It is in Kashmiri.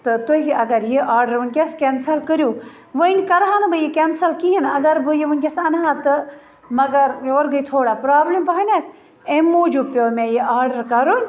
تہٕ تُہۍ اگر یہِ آڈَر ونکٮ۪س کینسل کٔرِو وۄنۍ کرہا نہٕ بہٕ یہِ کینسل کِہیٖنۍ اَگَر بہٕ یہِ ونکٮ۪س اَنہٕ ہا تہٕ مگر یورٕ گٔے تھوڑا پرابلم پَہمَتھ امہِ موٗجوٗب پیو مےٚ یہِ آڈَر کَرُن